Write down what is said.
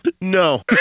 no